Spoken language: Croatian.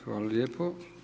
Hvala lijepo.